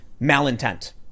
Malintent